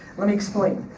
let me explain.